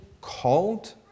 called